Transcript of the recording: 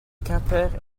quimper